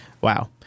Wow